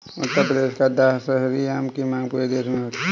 उत्तर प्रदेश का दशहरी आम की मांग पूरे देश में होती है